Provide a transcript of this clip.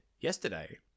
yesterday